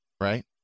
right